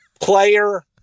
player